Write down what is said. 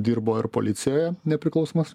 dirbo ir policijoje nepriklausomos